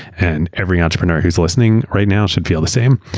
and every entrepreneur who's listening right now should feel the same.